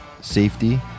safety